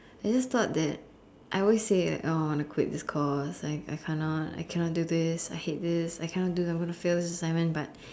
I just thought that I always say like oh I want to quit this course like I cannot I cannot do this I hate this I cannot do I'm going to fail this assignment but